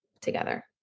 together